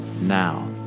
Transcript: now